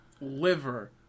liver